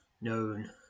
known